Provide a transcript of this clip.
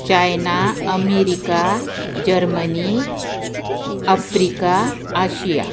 China America Germany Africa Asia